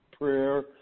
prayer